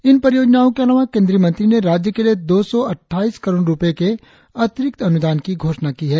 इन परियोजनाओं के अलावा केंद्रीय मंत्री ने राज्य के लिए दो सौ अट्ठाइस करोड़ रुपये के अतिरिक्त अनुदान की घोषणा की है